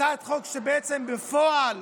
הצעת חוק, בעצם בפועל